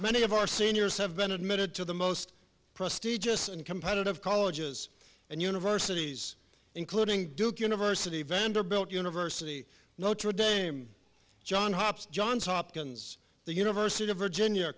many of our seniors have been admitted to the most prestigious and competitive colleges and universities including duke university vanderbilt university notre dame john hop's johns hopkins the university of virginia